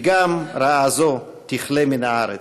כי גם רעה זו תכלה מן הארץ".